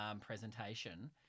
presentation